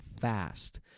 fast